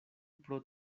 pro